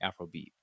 Afrobeat